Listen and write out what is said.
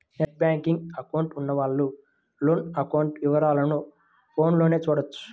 net banking account ఉన్నవాళ్ళు లోను account వివరాలను ఫోన్లోనే చూడొచ్చు